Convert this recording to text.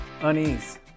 unease